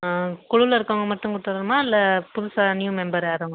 ஆ குழுவில் இருக்கவங்க மட்டும் கொடுத்துணுமா இல்லை புதுசாக நியூ மெம்பர் யாரும்